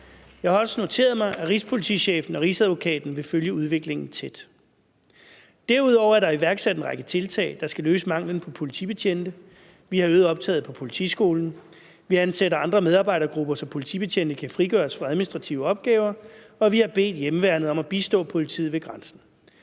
Jeg har også noteret mig, at rigspolitichefen og Rigsadvokaten vil følge udviklingen tæt. Derudover er der iværksat en række tiltag, der skal løse manglen på politibetjente. Vi har øget optaget på politiskolen, vi ansætter andre medarbejdergrupper, så politibetjente kan frigøres fra administrative opgaver, og vi har bedt hjemmeværnet om at bistå politiet ved grænsen.